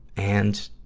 and,